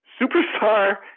Superstar